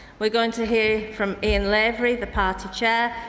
we're going to hear from ian lavery, the party chair.